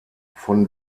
von